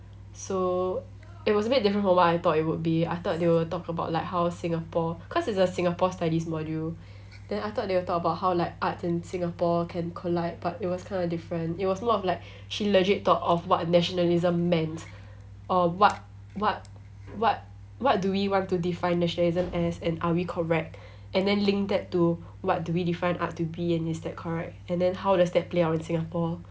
so it was a bit different from what I thought it would be I thought they will talk about like how Singapore cause it's a Singapore studies module then I thought they will talk about how like arts and Singapore can collide but it was kind of different it was more of like she legit thought of what nationalism meant or what what what what do we want to define nationalism as and are we correct and then link that to what do we define art to be and is that correct and then how does that play out in Singapore